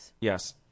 Yes